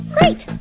Great